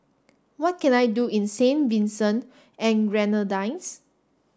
what can I do in Saint Vincent and Grenadines